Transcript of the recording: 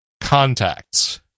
contacts